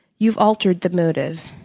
you've altered the motive.